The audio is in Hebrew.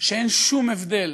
שאין שום הבדל